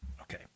Okay